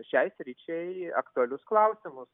šiai sričiai aktualius klausimus